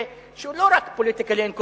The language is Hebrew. שהוא לא רק politically incorrect,